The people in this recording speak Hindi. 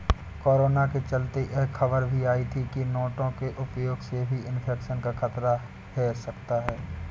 कोरोना के चलते यह खबर भी आई थी की नोटों के उपयोग से भी इन्फेक्शन का खतरा है सकता है